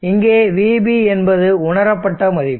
இங்கே vB என்பது உணரப்பட்ட மதிப்பு